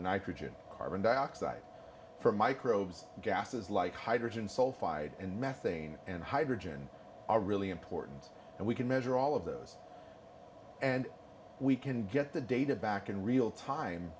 nitrogen carbon dioxide from microbes gases like hydrogen sulfide and methane and hydrogen are really important and we can measure all of those and we can get the data back in real time